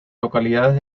localidades